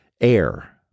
air